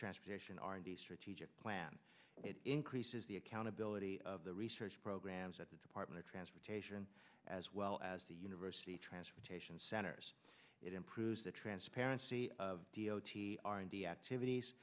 transportation r and d strategic plan it increases the accountability of the research programs at the department of transportation as well as the university transportation centers it improves the transparency of d o t r and d activities